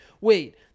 wait